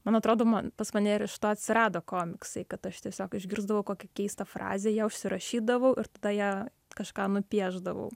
man atrodo ma pas mane ir iš to atsirado komiksai kad aš tiesiog išgirsdavau kokią keistą frazę ją užsirašydavau ir tada ją kažką nupiešdavau